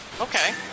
Okay